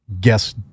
Guess